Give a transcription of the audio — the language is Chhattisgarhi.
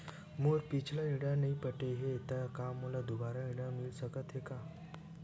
मोर पिछला ऋण नइ पटे हे त का मोला दुबारा ऋण मिल सकथे का?